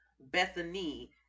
bethany